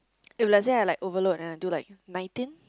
if let's say I like overload and then I do like nineteen